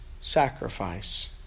sacrifice